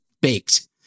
baked